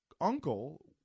uncle